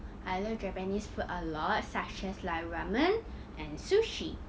I love japanese food a lot such as like ramen and sushi